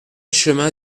chemin